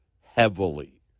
heavily